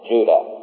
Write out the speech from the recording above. Judah